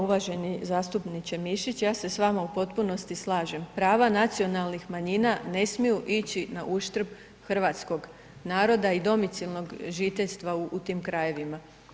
Uvaženi zastupniče Mišić, ja se s vama u potpunosti slažem, prava nacionalnih manjina ne smiju ići nauštrb hrvatskog naroda i domicilnog žiteljstva u tim krajevima.